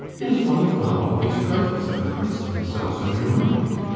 it is wonderful how all these trifles have impressed themselves on your mind.